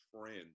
friends